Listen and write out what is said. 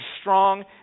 strong